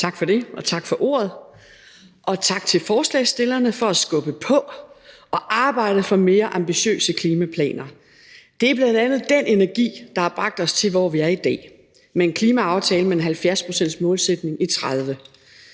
Tak for det, og tak for ordet, og tak til forslagsstillerne for at skubbe på og arbejde for mere ambitiøse klimaplaner. Det er bl.a. den energi, der har bragt os til, hvor vi er i dag, med en klimaaftale med en 70-procentsmålsætning i 2030.